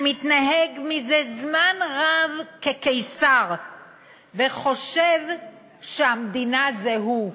שמתנהג מזה זמן רב כקיסר וחושב שהמדינה זה הוא.